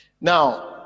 now